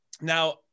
Now